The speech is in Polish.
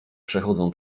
przechodzą